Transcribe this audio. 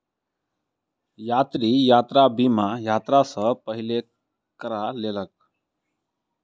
यात्री, यात्रा बीमा, यात्रा सॅ पहिने करा लेलक